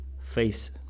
face